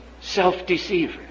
self-deceiver